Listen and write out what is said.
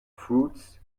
fruits